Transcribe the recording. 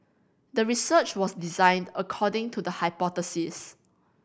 the research was designed according to the hypothesis